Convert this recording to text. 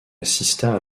assista